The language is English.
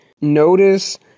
notice